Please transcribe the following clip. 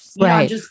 Right